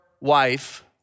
wife